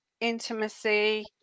intimacy